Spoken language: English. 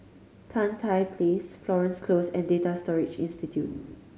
Tan Tye Place Florence Close and Data Storage Institute